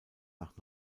nach